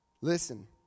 Listen